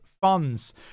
funds